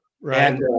Right